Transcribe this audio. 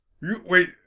Wait